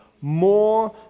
more